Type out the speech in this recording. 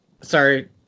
sorry